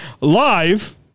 Live